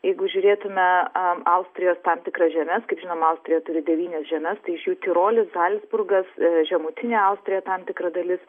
jeigu žiūrėtume a austrijos tam tikras žemes kaip žinom austrija turi devynias žemes tai iš jų tirolis zalcburgas žemutinė austrija tam tikra dalis